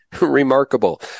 Remarkable